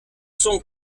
son